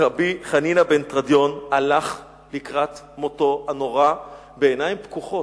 רבי חנינא בן תרדיון הלך לקראת מותו הנורא בעיניים פקוחות.